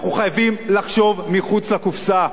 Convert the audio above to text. אנחנו חייבים לחשוב מחוץ לקופסה,